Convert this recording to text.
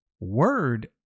Word